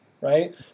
right